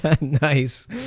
Nice